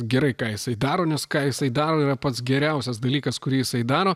gerai ką jisai daro nes ką jisai daro yra pats geriausias dalykas kurį jisai daro